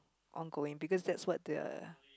on going because that's what the